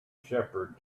shepherd